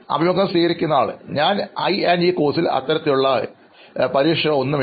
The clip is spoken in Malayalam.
അഭിമുഖം സ്വീകരിക്കുന്നയാൾ ഇപ്പോൾ ഐഇ കോഴ്സിൽ അത്തരത്തിലുള്ള പരീക്ഷകൾ ഒന്നുമില്ല